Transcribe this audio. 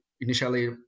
initially